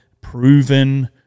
proven